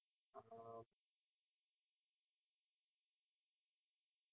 um